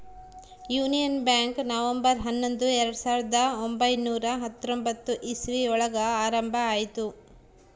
union Bank November ಹನ್ನೊಂದು ಸಾವಿರದ ಒಂಬೈನುರ ಹತ್ತೊಂಬತ್ತು ಇಸ್ವಿ ಒಳಗ ಆರಂಭ ಆಯ್ತು